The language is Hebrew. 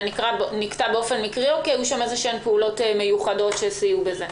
זה נקטע באופן מקרי או כי היו שם איזשהן פעולות מיוחדות שסייעו בזה?